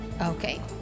okay